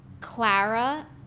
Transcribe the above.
Clara